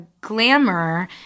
glamour